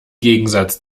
gegensatz